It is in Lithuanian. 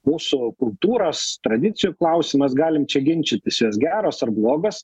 mūsų kultūros tradicijų klausimas galim čia ginčytis jos geros ar blogos